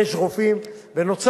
ויש רופאים.